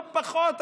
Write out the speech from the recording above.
לא פחות,